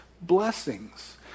blessings